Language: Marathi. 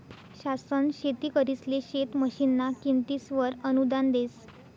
शासन शेतकरिसले शेत मशीनना किमतीसवर अनुदान देस